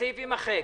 מי בעד?